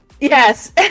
Yes